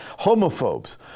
homophobes